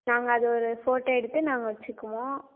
நாங்கள் அதை ஒரு ஃபோட்டோ எடுத்து நாங்கள் வெச்சுக்குவோம்